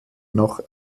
noch